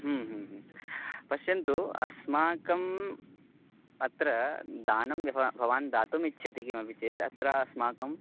पश्यन्तु अस्माकम् अत्र दानं व्याहा भवान् दातुं इच्छति किमपि चेत् अत्र अस्माकं